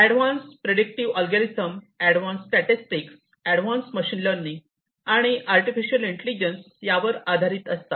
advance predictive algorithm advance statistics advance machine learning आणि artificial intelligence यावर आधारित असतात